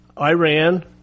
Iran